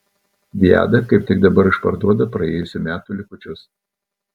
viada kaip tik dabar išparduoda praėjusių metų likučius